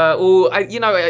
or, you know, yeah